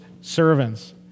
servants